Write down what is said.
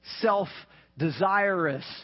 self-desirous